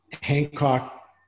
Hancock